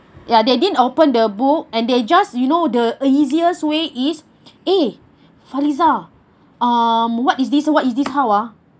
ya they didn't open the book and they just you know the easiest way is eh farliza um what is this what is this how ah